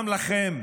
גם לכם,